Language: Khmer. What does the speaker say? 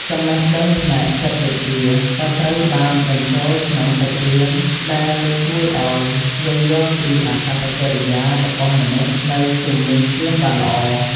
ចំណេះដឹងផ្នែកចិត្តវិទ្យាក៏ត្រូវបានបញ្ចូលក្នុងសាច់រឿងដែលជួយឱ្យយើងយល់ពីអាកប្បកិរិយារបស់មនុស្សនៅជុំវិញខ្លួនបានល្អ។